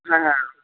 হ্যাঁ হ্যাঁ